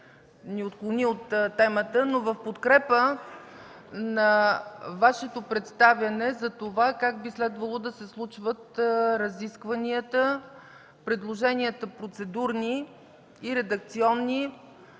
ни отклони от темата. В подкрепа на Вашето представяне за това как би следвало да се случват разискванията, процедурните и редакционни